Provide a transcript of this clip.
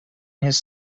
his